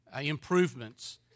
improvements